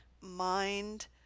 mind